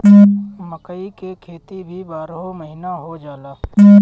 मकई के खेती भी बारहो महिना हो जाला